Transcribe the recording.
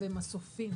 במסופים.